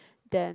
then